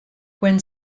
when